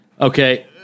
Okay